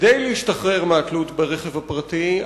כדי להשתחרר מהתלות ברכב הפרטי,